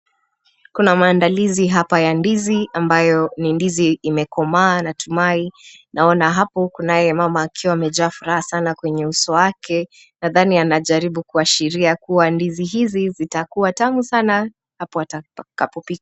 Kuna maandalizi hapa ya ndizi ambayo ni ndizi imekomaa natumai naona hapo kunaye mama akiwa amejaa furaha sana kwenye uso wake. Nadhani anajaribu kuashiria kuwa ndizi hizi zitakua tamu sana hapo atakapopika.